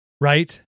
right